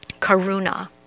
Karuna